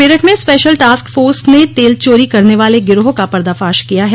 मेरठ में special task force ने तेल चोरी करने वाले गिरोह का पर्दाफ़ाश किया है